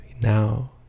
now